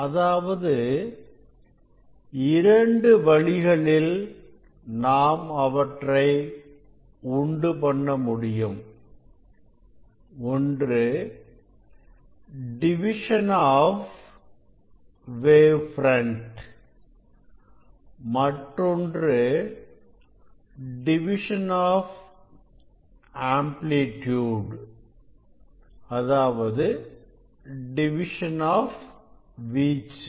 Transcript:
அதாவது இரண்டு வழிகளில் நாம் அவற்றை உண்டுபண்ண முடியும் ஒன்று டிவிஷன் ஆஃப் வேவ் பிரண்ட் மற்றொன்று டிவிஷன் ஆஃப் வீச்சு